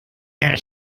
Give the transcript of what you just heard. den